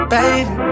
Baby